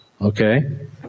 Okay